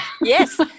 yes